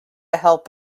help